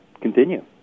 continue